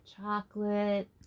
chocolate